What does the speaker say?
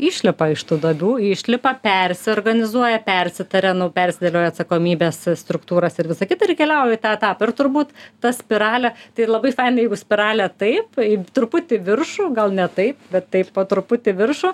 išlipa iš tų duobių išlipa persiorganizuoja persitaria nu persidėlioja atsakomybės struktūras ir visa kita ir keliauja į tą etapą ir turbūt ta spiralė tai labai spendi jeigu spiralė taip truputį į viršų gal ne taip bet taip po truputį į viršų